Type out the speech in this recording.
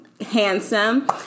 handsome